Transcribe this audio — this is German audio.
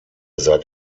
seit